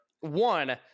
One